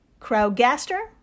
crowgaster